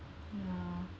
ya